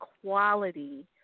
quality